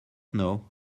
know